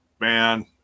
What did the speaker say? man